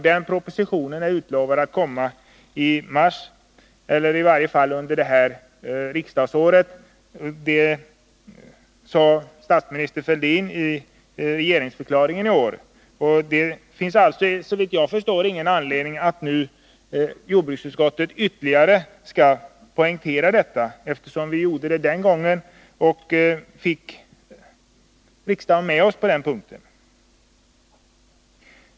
Man har lovat att den propositionen skall komma i mars, eller i varje fall under detta riksmöte. Det sade statsminister Fälldin i årets regeringsförklaring. Det finns därför, såvitt jag förstår, ingen anledning att jordbruksutskottet nu ytterligare skall poängtera detta, eftersom vi gjorde det när energipropositionen behandlades och då fick riksdagen med oss på denna punkt.